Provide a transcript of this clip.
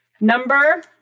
number